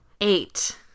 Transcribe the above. eight